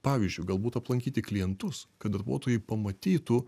pavyzdžiui galbūt aplankyti klientus kad darbuotojai pamatytų